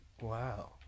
Wow